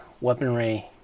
weaponry